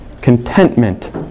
contentment